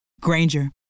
Granger